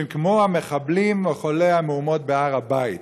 שהם כמו המחבלים מחוללי המהומות בהר הבית.